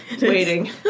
waiting